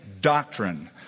doctrine